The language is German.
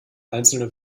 einzelne